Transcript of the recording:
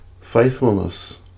Faithfulness